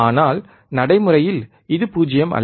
ஆனால் நடைமுறையில் இது 0 அல்ல